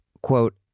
quote